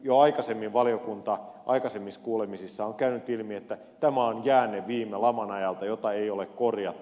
jo aikaisemmissa valiokuntakuulemisissa on käynyt ilmi että tämä on jäänne viime laman ajalta jota ei ole korjattu